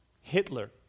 Hitler